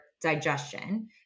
digestion